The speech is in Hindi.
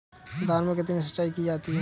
धान में कितनी सिंचाई की जाती है?